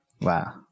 Wow